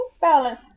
balance